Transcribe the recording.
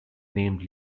name